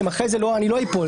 שאחרי זה אני לא אפול,